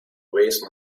waste